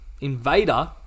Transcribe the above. invader